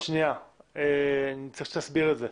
אני צריך שתסביר את זה.